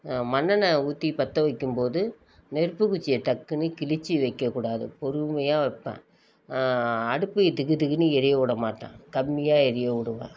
மண்ணெண்ணெய் ஊற்றி பற்ற வைக்கும்போது நெருப்பு குச்சியை டக்குனு கிழித்து வைக்கக்கூடாது பொறுமையாக வைப்பேன் அடுப்பு திகு திகுனு எரிய விடமாட்டேன் கம்மியாக எரிய விடுவேன்